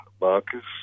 Marcus